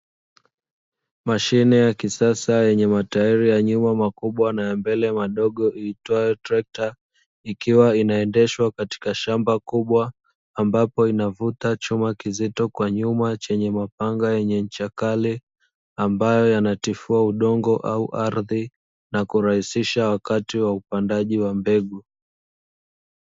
Mashine ya kisasa yenye matairi ya nyuma makubwa na mbele madogo iitwayo trekta, ikiwa inaendeshwa katika shamba kubwa, ambapo inavuta chuma kizito kwa nyuma chenye mapanga yenye ncha kali, ambayo yanatifua udongo au ardhi na kurahisisha wakati wa upandaji wa mbegu.